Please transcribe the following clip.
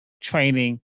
training